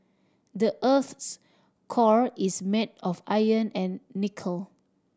the earth's core is made of iron and nickel